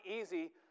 easy